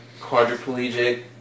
quadriplegic